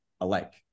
alike